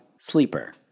Sleeper